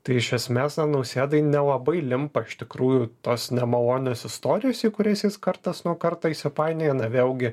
tai iš esmės na nausėdai nelabai limpa iš tikrųjų tos nemalonios istorijos į kurias jis kartas nuo karto įsipainioja na vėlgi